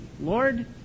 Lord